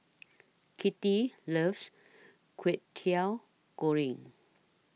Kitty loves Kwetiau Goreng